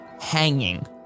hanging